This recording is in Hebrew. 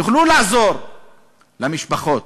לעזור למשפחות.